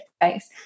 face